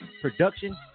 production